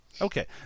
Okay